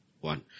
one